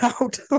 out